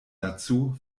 dazu